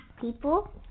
people